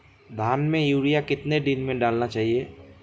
धान में यूरिया कितने दिन में डालना चाहिए?